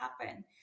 happen